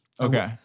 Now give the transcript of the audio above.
Okay